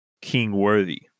king-worthy